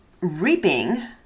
reaping